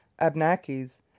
Abnaki's